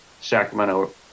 Sacramento